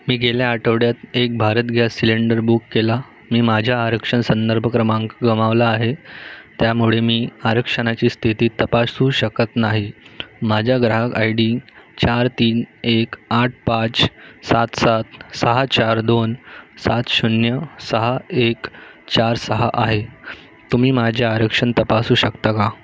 मी गेल्या आठवड्यात एक भारत गॅस सिलेंडर बुक केला मी माझ्या आरक्षण संदर्भ क्रमांक गमावला आहे त्यामुळे मी आरक्षणाची स्थिती तपासू शकत नाही माझ्या ग्राहक आय डी चार तीन एक आठ पाच सात सात सहा चार दोन सात शून्य सहा एक चार सहा आहे तुम्ही माझे आरक्षण तपासू शकता का